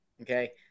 Okay